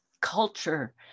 culture